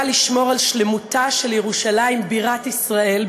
לשמור על שלמותה של ירושלים בירת ישראל,